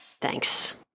Thanks